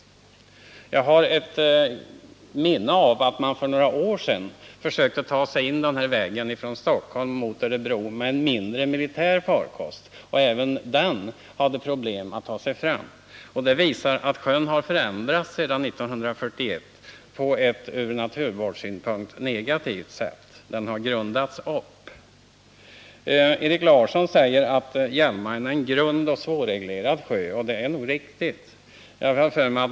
Ändrad vatten Jag har ett minne av att man för några år sedan försökte ta sig in denna väg — hushållning i Hjäl från Stockholm mot Örebro med en mindre, militär farkost. Även den hade — maren svårigheter att ta sig fram. Det visar att sjön sedan 1941 har förändrats på ett från naturvårdssynpunkt negativt sätt. Den har grundats upp. Erik Larsson sade att Hjälmaren är en grund och svårreglerad sjö. Det är nog riktigt.